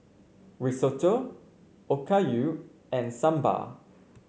Risotto Okayu and Sambar